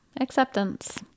Acceptance